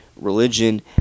religion